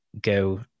go